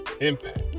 impact